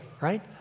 right